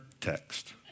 text